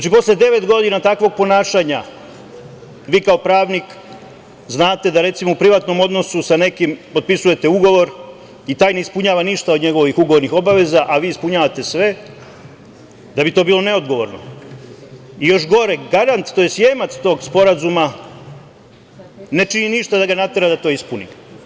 Posle devet godina takvog ponašanja, vi kao pravnik znate da, recimo, u privatnom odnosu sa nekim potpisujete ugovor i taj ne ispunjava ništa od njegovih ugovornih obaveza, a vi ispunjavate sve, da bi to bilo neodgovorno, i još gore, garant, tj. jemac tog sporazuma, ne čini ništa da ga natera da to ispuni.